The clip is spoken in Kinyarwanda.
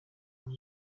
ngo